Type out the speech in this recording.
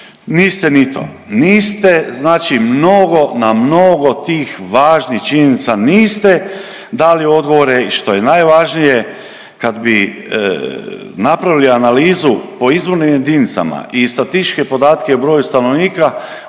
Niste ni to, niste, znači mnogo, na mnogo tih važnih činjenica niste dali odgovore i što je najvažnije, kad bi napravili analizu po izbornim jedinicama i statističke podatke o broju stanovnika,